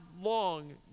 long